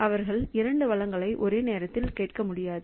அவர்கள் 2 வளங்களை ஒரே நேரத்தில் கேட்க முடியாது